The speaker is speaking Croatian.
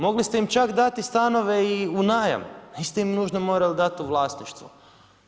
Mogli ste im čak dati stanove u najam, niste im nužno morali dati u vlasništvo.